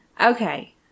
Okay